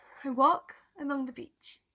i walk along the beach.